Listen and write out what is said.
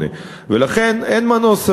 ולכן אין מנוס היום,